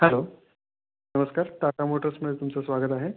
hello नमस्कार टाटा मोटर्समध्ये तुमचं स्वागत आहे